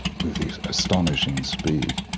with this astonishing speed.